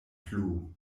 plu